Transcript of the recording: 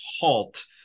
halt